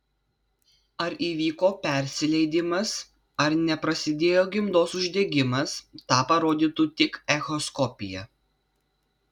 ar įvyko persileidimas ar neprasidėjo gimdos uždegimas tą parodytų tik echoskopija